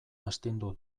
astindu